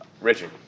Richard